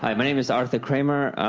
um my name is arthur kramer.